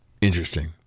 Interesting